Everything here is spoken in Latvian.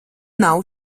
nav